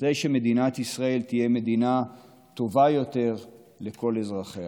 כדי שמדינת ישראל תהיה מדינה טובה יותר לכל אזרחיה.